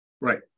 Right